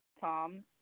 Tom